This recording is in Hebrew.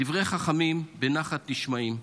דברי חכמים בנחת נשמעים.